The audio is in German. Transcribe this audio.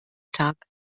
tag